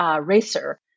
racer